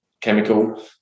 chemical